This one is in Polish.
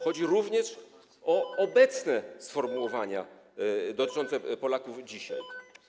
Chodzi również o obecne sformułowania dotyczące Polaków dzisiaj.